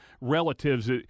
relatives